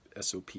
SOP